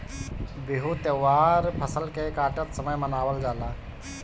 बिहू त्यौहार फसल के काटत समय मनावल जाला